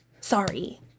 Sorry